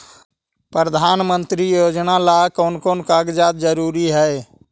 प्रधानमंत्री योजना ला कोन कोन कागजात जरूरी है?